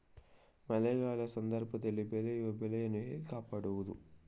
ಮಳೆಗಾಲದ ಸಂದರ್ಭದಲ್ಲಿ ಬೆಳೆಯುವ ಬೆಳೆಗಳನ್ನು ಹೇಗೆ ಕಾಪಾಡೋದು?